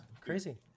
Crazy